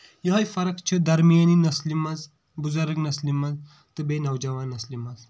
یِہے فرق چھِ درمِیٲنی نسلہِ منٛز بُزرٕگ نسلہِ منٛز تہٕ بیٚیہِ نوجوان نسلہِ منٛز